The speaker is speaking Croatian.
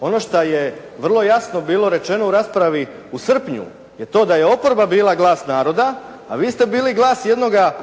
Ono što je vrlo jasno bilo rečeno u raspravi u srpnju je to da je oporba bila glas naroda, a vi ste bili glas jednoga,